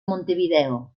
montevideo